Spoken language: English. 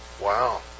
Wow